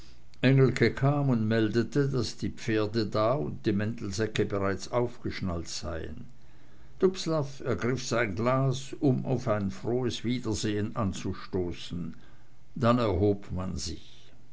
engelke kam und meldete daß die pferde da und die mantelsäcke bereits aufgeschnallt seien dubslav ergriff sein glas um auf ein frohes wiedersehn anzustoßen dann erhob man sich